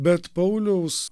bet pauliaus